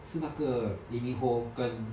是那个 lee min ho 跟